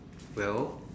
well